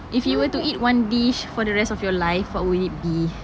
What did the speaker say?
if you were to eat one dish for the rest of your life what would it be